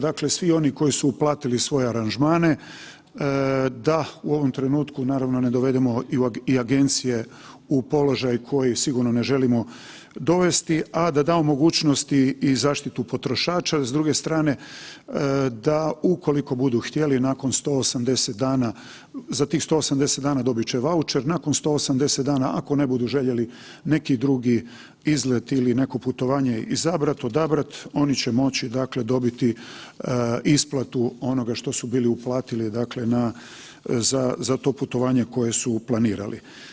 Dakle svi oni koji su uplatili svoje aranžmane da u ovom trenutku naravno ne dovedeno i agencija u položaj koji sigurno ne želimo dovesti, a da damo mogućnosti i zaštitu potrošača, s druge strane da ukoliko budu htjeli nakon 180 dana za tih 180 dana dobit će vaučer, nakon 180 dana ako ne budu željeli neki drugi izlet ili neko drugo putovanje izabrat, odabrat, oni će moći dakle dobiti isplatu onoga što su bili uplatili dakle na, za, za to putovanje koje su planirali.